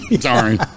Sorry